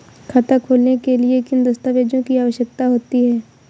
खाता खोलने के लिए किन दस्तावेजों की आवश्यकता होती है?